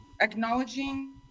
acknowledging